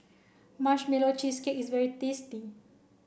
marshmallow cheesecake is very tasty